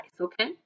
okay